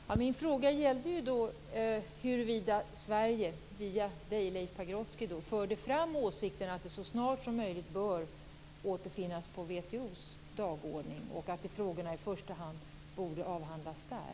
Herr talman! Min fråga gällde huruvida Sverige via Leif Pagrotsky förde fram åsikten att dessa frågor så snart som möjligt bör återfinnas på WTO:s dagordning och i första hand borde avhandlas där.